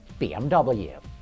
BMW